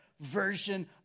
version